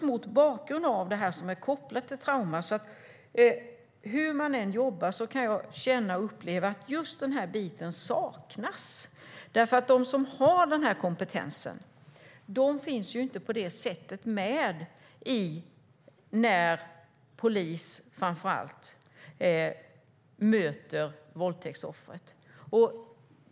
Mot bakgrund av vad som är känt om trauman kan jag känna att denna kunskap saknas. De som har kompetensen finns inte med när, framför allt, polis möter våldtäktsoffret.